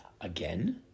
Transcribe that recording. Again